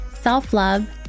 self-love